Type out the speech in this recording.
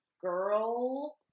girl